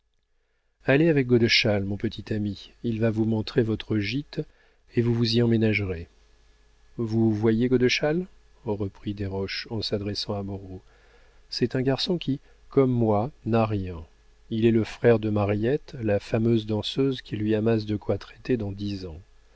allez avec godeschal mon petit ami il va vous montrer votre gîte et vous vous y emménagerez vous voyez godeschal reprit desroches en s'adressant à moreau c'est un garçon qui comme moi n'a rien il est le frère de mariette la fameuse danseuse qui lui amasse de quoi traiter dans dix ans